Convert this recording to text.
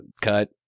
cut